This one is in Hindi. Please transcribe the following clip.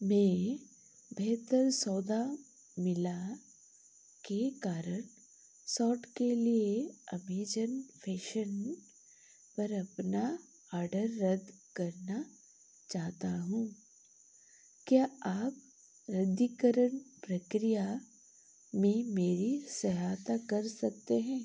मैं बेहतर सौदा मिलाकर कारण सौंट के लिए अमेज़ॉन फैशन पर अपना अर्डर रद्द करना चाहता हूँ क्या आप रद्दीकरण प्रक्रिया में मेरी सहायता कर सकते हैं